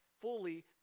fully